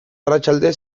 arratsalde